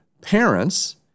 parents